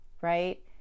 right